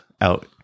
out